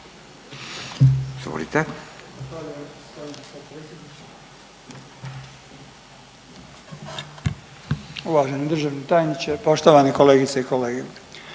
poštovani državni tajniče, poštovane kolegice i kolege